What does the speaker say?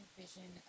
vision